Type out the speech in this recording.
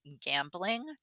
gambling